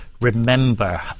Remember